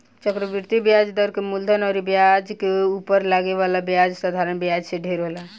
चक्रवृद्धि ब्याज दर के मूलधन अउर ब्याज के उपर लागे वाला ब्याज साधारण ब्याज से ढेर होला